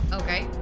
okay